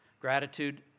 Gratitude